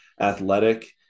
athletic